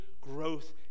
growth